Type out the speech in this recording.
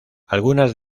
algunas